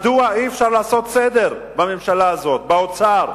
מדוע אי-אפשר לעשות סדר בממשלה הזאת, באוצר?